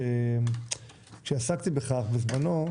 כשעסקתי בכך בזמנו,